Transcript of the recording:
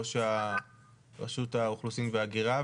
ראש רשות האוכלוסין וההגירה,